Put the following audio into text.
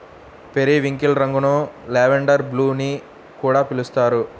periwinkle రంగును lavender blue అని కూడా పిలుస్తారు